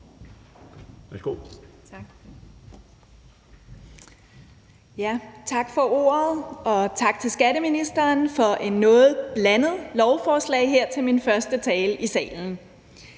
Tak for ordet. Og tak til skatteministeren for et noget blandet lovforslag her til min første tale i salen.